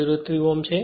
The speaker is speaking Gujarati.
03 Ω છે